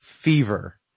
Fever